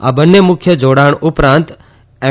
આ બન્ને મુખ્ય જોડાણ ઉપરાંત એમ